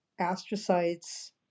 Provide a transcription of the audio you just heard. astrocytes